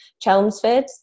Chelmsford